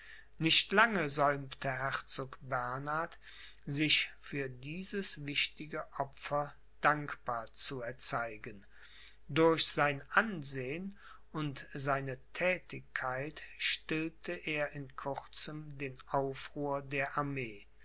nicht lange säumte herzog bernhard sich für dieses wichtige opfer dankbar zu erzeigen durch sein ansehen und seine thätigkeit stillte er in kurzem den aufruhr der armee